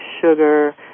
sugar